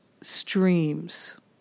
streams